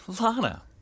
Lana